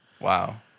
wow